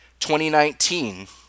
2019